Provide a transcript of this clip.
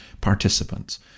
participants